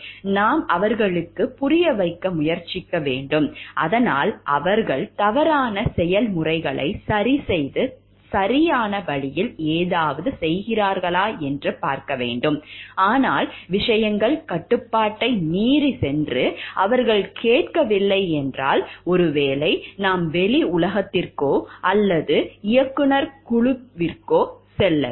நாம் அவர்களுக்கு புரிய வைக்க முயற்சிக்க வேண்டும் அதனால் அவர்கள் தவறான செயல்முறைகளை சரிசெய்து சரியான வழியில் ஏதாவது செய்கிறார்கள் ஆனால் விஷயங்கள் கட்டுப்பாட்டை மீறிச் சென்று அவர்கள் கேட்கவில்லை என்றால் ஒருவேளை நாம் வெளி உலகத்திற்கோ அல்லது இயக்குநர் குழுவிற்கும் செல்லலாம்